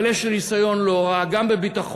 אבל יש לי ניסיון לא רע גם בביטחון,